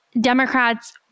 Democrats